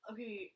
Okay